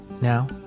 Now